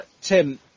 Tim